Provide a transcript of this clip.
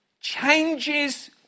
changes